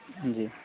جی